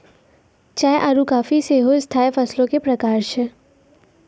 चाय आरु काफी सेहो स्थाई फसलो के प्रकार छै